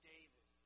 David